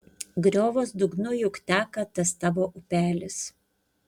griovos dugnu juk teka tas tavo upelis